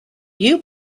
you